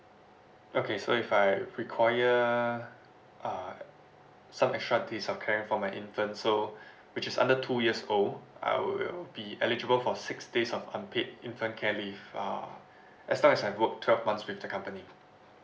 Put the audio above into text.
okay so if I require uh some extra days of caring for my infant so which is under two years old I will be eligible for six days of unpaid infant care leave uh as long as I work twelve month with the company